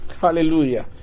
Hallelujah